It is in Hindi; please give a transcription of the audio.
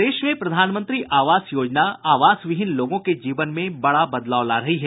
प्रदेश में प्रधानमंत्री आवास योजना आवास विहीन लोगों के जीवन में बडा बदलाव ला रही है